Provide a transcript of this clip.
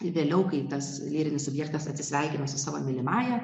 vėliau kai tas lyrinis subjektas atsisveikina su savo mylimąja